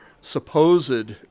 supposed